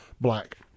black